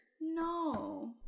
No